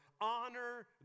honor